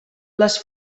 les